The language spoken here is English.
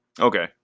Okay